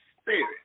spirit